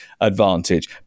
advantage